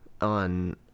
On